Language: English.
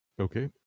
Okay